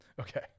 Okay